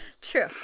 True